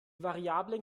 variablen